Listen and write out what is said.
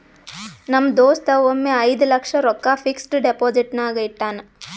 ನಮ್ ದೋಸ್ತ ಒಮ್ಮೆ ಐಯ್ದ ಲಕ್ಷ ರೊಕ್ಕಾ ಫಿಕ್ಸಡ್ ಡೆಪೋಸಿಟ್ನಾಗ್ ಇಟ್ಟಾನ್